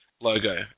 logo